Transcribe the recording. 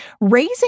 Raising